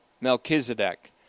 Melchizedek